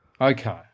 Okay